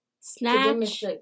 Snatch